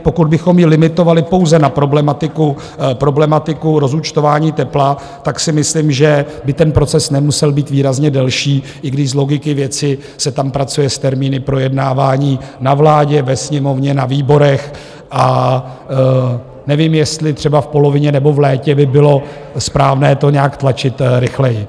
Pokud bychom ji limitovali pouze na problematiku rozúčtování tepla, tak si myslím, že by ten proces nemusel být výrazně delší, i když z logiky věci se tam pracuje s termíny projednávání na vládě, ve sněmovně, na výborech, a nevím, jestli třeba v polovině nebo v létě by bylo správné to nějak tlačit rychleji.